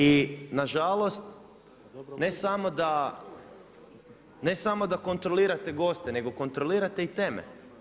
I nažalost, ne samo da kontrolirate goste, nego i kontrolirate i teme.